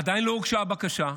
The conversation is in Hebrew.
עדיין לא הוגשה בקשה,